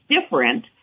different